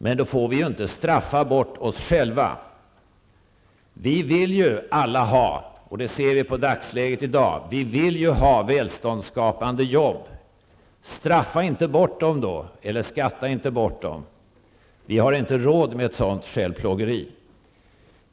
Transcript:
Men då får vi inte straffa bort oss själva. Vi vill ju alla -- det ser vi i dagsläget -- ha välståndsskapande jobb. Straffa inte bort dem då eller skatta inte bort dem! Vi har inte råd med ett sådant självplågeri.